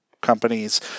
companies